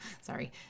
sorry